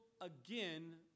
again